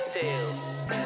tales